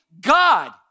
God